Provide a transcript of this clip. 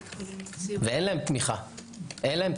אבל אין להם תמיכה ועזרה.